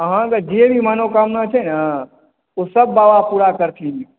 अहाँकेॅं जे भी मनोकामना छै ने ओ सब बाबा पुरा करथिन